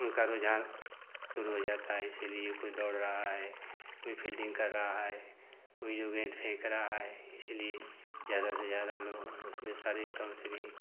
उनका रुझान शुरू हो जाता है इसलिए कोई दौड़ रहा है कोई फील्डिंग कर रहा है कोई जो गेंद फेंक रहा है इसलिए ज़्यादा से ज़्यादा लोग उसमें शारीरिक तौर से भी